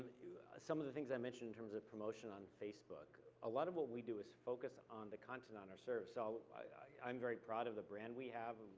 some of the things i mentioned in terms of promotion on facebook, a lot of what we do is focus on the content on our serve, so i'm very proud of the brand we have.